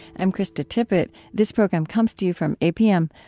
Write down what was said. i'm krista tippett. this program comes to you from apm,